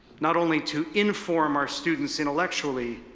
not only to inform our students intellectually,